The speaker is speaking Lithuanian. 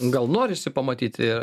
gal norisi pamatyti ir